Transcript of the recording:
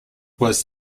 was